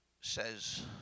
says